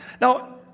Now